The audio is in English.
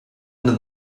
under